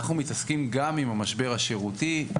אנחנו מתעסקים גם עם המשבר השירותי.